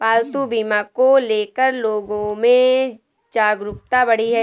पालतू बीमा को ले कर लोगो में जागरूकता बढ़ी है